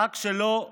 רק שלא תיפול.